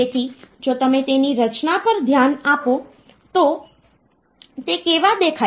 તેથી જો તમે તેની રચના પર ધ્યાન આપો તો તે કેવા દેખાય છે